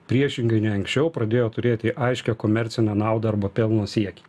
priešingai nei anksčiau pradėjo turėti aiškią komercinę naudą arba pelno siekį